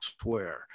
elsewhere